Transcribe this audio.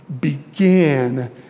began